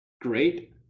great